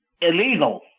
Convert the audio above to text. illegal